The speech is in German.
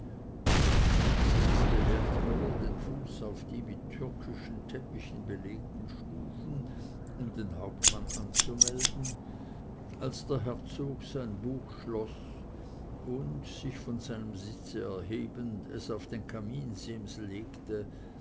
schon setzte wertmüller den fuß auf die mit türkischen teppichen belegten stufen um den hauptmann anzumelden als der herzog sein buch schloß und sich von seinem sitze erhebend es auf den kaminsims legte